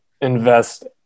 invest